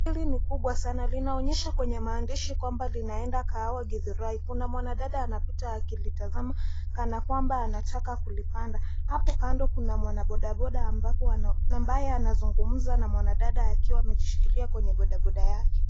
Gari hili nibkubwa sana. Linaonyesha kwa maandishi kuwa linaelekea Kahawa Githurai. Kuna mwanadada anapita akilitazama kana kwamba anataka kulipanda. Hapo kando kuna mwanabodaboda ambaye anazungumza na mwanadada akiwa amejishikilia kwa bodaboda yake.